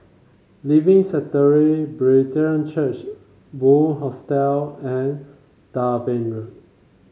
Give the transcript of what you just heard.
Living Sanctuary Brethren Church Bunc Hostel and Dalven Road